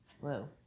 Whoa